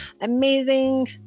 amazing